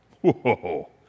Whoa